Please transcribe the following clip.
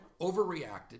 overreacted